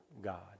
God